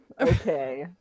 Okay